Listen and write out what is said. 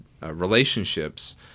relationships